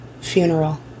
funeral